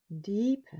deeper